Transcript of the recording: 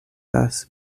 thus